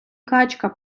качка